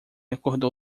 acordou